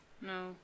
no